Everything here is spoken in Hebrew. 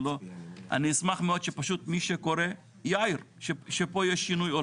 אשמח שמי שקורא שיגיד שיש שינוי.